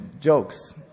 jokes